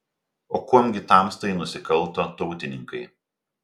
o kuom gi tamstai nusikalto tautininkai